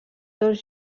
dos